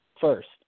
first